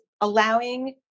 allowing